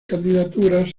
candidaturas